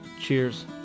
cheers